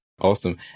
Awesome